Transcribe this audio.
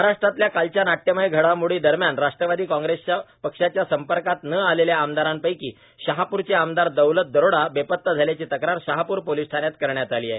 महाराष्ट्रातल्या कालच्या नाट्यमय घडामोडींदरम्यान राष्ट्रवादी काँग्रेसच्या पक्षाच्या संपर्कात न आलेल्या आमदारांपैकी शहापूरचे आमदार दौलत दरोडा बेपता झाल्याची तक्रार शहापूर पोलीस ठाण्यात करण्यात आली आहे